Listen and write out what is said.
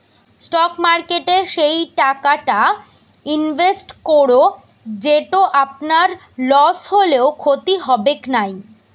stock মার্কেটে সেই টাকাটা ইনভেস্ট করো যেটো আপনার লস হলেও ক্ষতি হবেক নাই